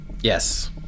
Yes